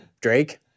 drake